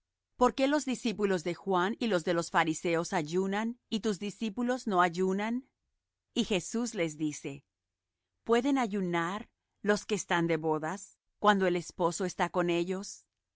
por qué los discípulos de juan y los de los fariseos ayunan y tus discípulos no ayunan y jesús les dice pueden ayunar los que están de bodas cuando el esposo está con ellos